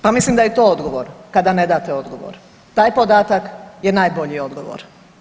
Pa mislim da je to odgovor, kada ne date odgovor, taj podatak je najbolji odgovor.